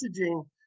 messaging